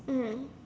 mm